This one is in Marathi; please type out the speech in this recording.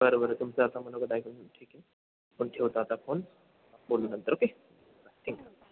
बरं बरं तुमचं आता मनोगत ऐकून ठीक आहे पण ठेवतो आता फोन बोलू नंतर ओके थँक्यू